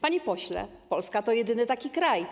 Panie pośle, Polska to jedyny taki kraj.